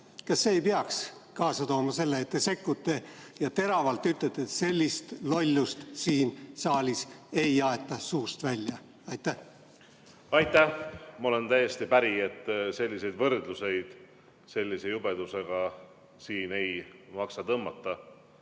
mängimine ei peaks kaasa tooma seda, et te sekkute ja ütlete teravalt, et sellist lollust siin saalis ei aeta suust välja? Aitäh! Ma olen täiesti päri, et selliseid võrdluseid sellise jubedusega ei maksa tõmmata.